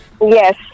Yes